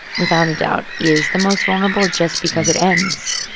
without a doubt, is the most vulnerable just because it ends.